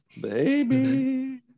Baby